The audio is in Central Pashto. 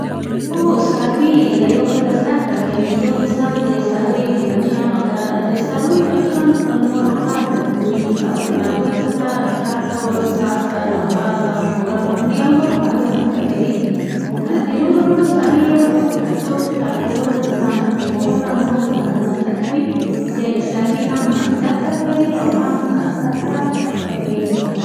هو، څاروي له یو او بله زده کړه کوي، یو مثال د څارویو د بچیانو ده. د څارویو بچیان خپل مور او پلار ته ګوري او له هغوی څخه ښکار کول، ځغاسته، لمبا، ځان ژوغورل، منډې او نور کارونه زده کوي. د نورو ډلو څاروي یو بل ته په کتو، ښکار کول، ځان ژوغورل او نور کارونه زده کوي. یعنې څاروي هم زده کړي کوي او هم زده کړه ورکوي.